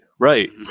Right